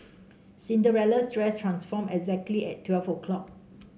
Cinderella's dress transformed exactly at twelve o'clock